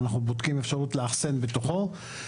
ואנחנו בודקים אפשרות לאחסן בתוכו.